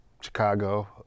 Chicago